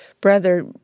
brother